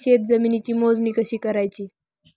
शेत जमिनीची मोजणी कशी करायची?